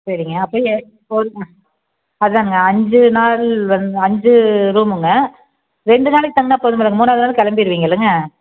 சரிங்க அப்படியே இப்போ அதுதாங்க அஞ்சு நாள் வந்து அஞ்சு ரூமுங்க ரெண்டு நாளைக்கு தங்கினா போதுமில்லைங்க மூணாவது நாள் கிளம்பிருவீங்கலங்க